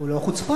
קשה לו להקשיב?